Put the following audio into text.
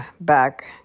back